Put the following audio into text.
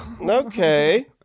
Okay